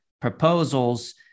proposals